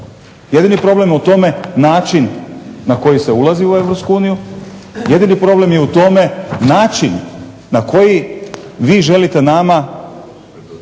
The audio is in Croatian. Jedini problem je u tome način na koji se ulazi u Europsku uniju, jedini problem je u tome način na koji vi želite nama